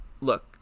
Look